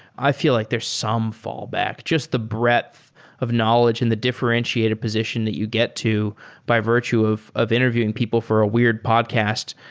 i feel like there's some fallback. just the breadth of knowledge and the differentiated position that you get to by virtue of of interviewing people for a weird podcasts,